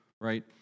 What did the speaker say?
Right